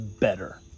better